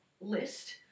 list